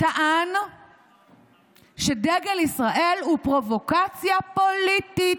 טען שדגל ישראל הוא פרובוקציה פוליטית,